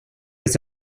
was